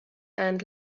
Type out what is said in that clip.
and